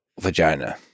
vagina